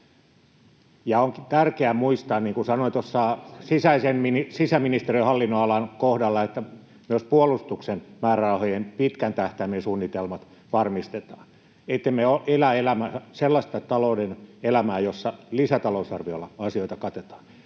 tärkeää muistaa, niin kuin sanoin tuossa sisäministeriön hallinnonalan kohdalla, että myös puolustuksen määrärahojen pitkän tähtäimen suunnitelmat varmistetaan, ettemme elä sellaista talouden elämää, jossa lisätalousarviolla asioita katetaan.